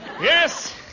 Yes